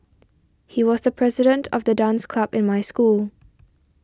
he was the president of the dance club in my school